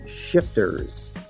Shifters